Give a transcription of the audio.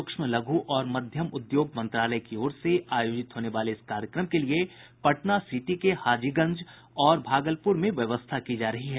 सूक्ष्म लघ्र और मध्यम उद्योग मंत्रालय की ओर से आयोजित होने वाले इस कार्यक्रम के लिए पटना सिटी के हाजीगंज और भागलपुर में व्यवस्था की जा रही है